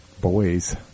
boys